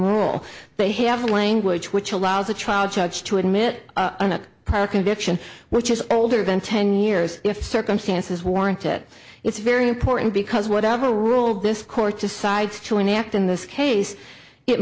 rule they have a language which allows a trial judge to admit a conviction which is older than ten years if circumstances warrant it it's very important because whatever rule this court decides to enact in this case it